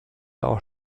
aus